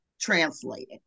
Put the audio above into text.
translated